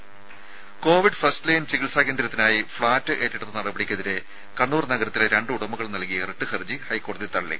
രുമ Covid first line ചികിത്സാ കേന്ദ്രത്തിനായി ഫ്ലാറ്റ് ഏറ്റെടുത്ത നടപടിക്കെതിരെ കണ്ണൂർ നഗരത്തിലെ രണ്ട് ഉടമകൾ നൽകിയ റിട്ട് ഹർജി ഹൈക്കോടതി തള്ളി